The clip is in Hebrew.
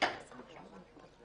הרי אנחנו לא באים להרע.